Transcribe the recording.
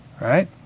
Right